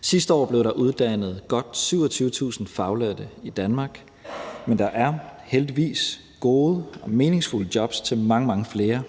Sidste år blev der uddannet godt 27.000 faglærte i Danmark, men der er heldigvis gode og meningsfulde jobs til mange, mange flere.